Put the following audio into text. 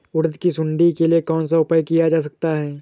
उड़द की सुंडी के लिए कौन सा उपाय किया जा सकता है?